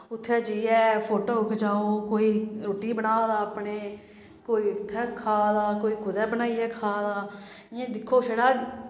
उत्थें जाइयै फोटो खचाओ कोई रुट्टी बना दा अपने कोई उत्थें खा दा कोई कुदै बनाइयै खा दा इ'यां दिक्खो छड़ा